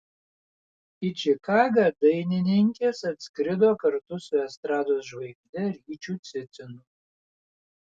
į čikagą dainininkės atskrido kartu su estrados žvaigžde ryčiu cicinu